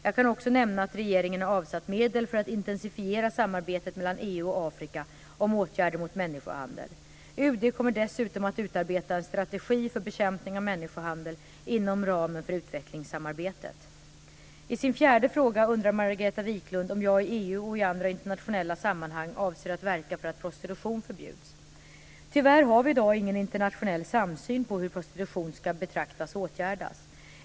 Jag kan också nämna att regeringen har avsatt medel för att intensifiera samarbetet mellan EU och Afrika om åtgärder mot människohandel. UD kommer dessutom att utarbeta en strategi för bekämpning av människohandel inom ramen för utvecklingssamarbetet. I sin fjärde fråga undrar Margareta Viklund om jag i EU och i andra internationella sammanhang avser att verka för att prostitution förbjuds. Tyvärr har vi i dag ingen internationell samsyn på hur prostitution ska betraktas och åtgärdas.